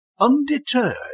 undeterred